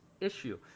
issue